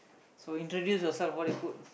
so introduce yourself what you put